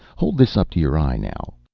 hold this up to your eye, now.